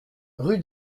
rue